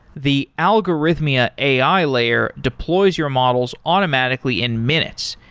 the algorithmia ai layer deploys your models automatically in minutes,